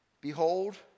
behold